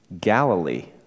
Galilee